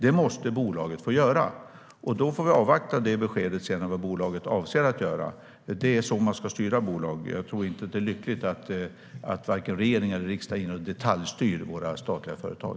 Det måste bolaget få göra. Vi får avvakta beskedet och se vad bolaget avser att göra. Det är så man ska styra bolag. Jag tror inte att det är lyckligt om regering eller riksdag är inne och detaljstyr våra statliga företag.